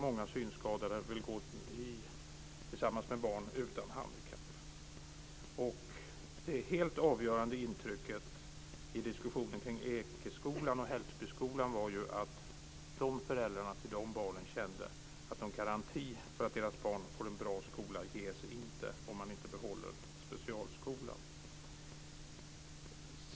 Många synskadade vill gå tillsammans med barn utan handikapp. Det helt avgörande intrycket i diskussionen kring Ekeskolan och Hällsboskolan var ju att föräldrarna till de barnen kände att någon garanti för att deras barn får en bra skola inte ges om man inte behåller specialskolan.